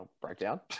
breakdown